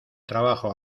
trabajo